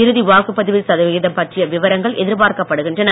இறுதி வாக்குப்பதிவு சதவிகிதம் பற்றிய விவரங்கள் எதிர்பார்க்கப் படுகின்றன